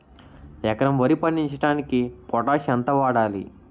ఎకరం వరి పండించటానికి పొటాష్ ఎంత వాడాలి?